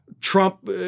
Trump